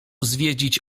zwiedzić